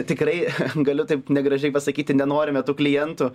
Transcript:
tikrai galiu taip negražiai pasakyti nenorime tų klientų